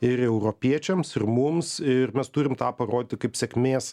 ir europiečiams ir mums ir mes turim tą parodyti kaip sėkmės